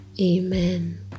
Amen